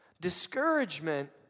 Discouragement